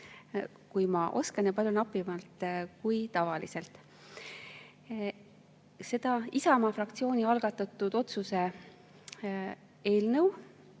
kui ma oskan, ja palju napimalt kui tavaliselt. Isamaa fraktsiooni algatatud otsuse eelnõu